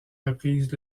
reprises